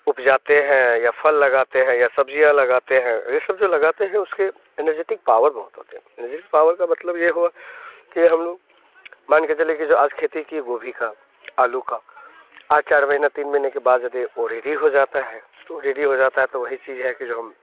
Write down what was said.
उपजाते हैं या फल लगाते हैं या सब्ज़ियाँ लगाते हैं ये सब जो लगाते है उसके एनर्जेटिक पावर होता है एनर्जेटिक पावर का मतलब यह हुआ कि हम लोग मान के चले कि जो आज खेती की गोभी की आलू की आज चार महीने तीन महीने के बाद यदी वो रेडी हो जाता है तो रेडी हो जाता है तो वही चीज़ है कि जो हम